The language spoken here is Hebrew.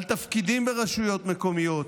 על תפקידים ברשויות מקומיות,